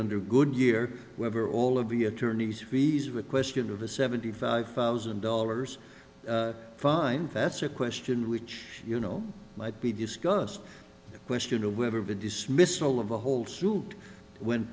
under goodyear whether all of the attorney's fees were a question of a seventy five thousand dollars fine that's a question which you know might be discussed the question of whether the dismissal of a whole suit when